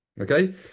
Okay